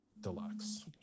Deluxe